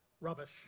rubbish